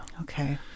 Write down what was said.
Okay